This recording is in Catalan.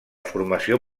formació